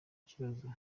kibazo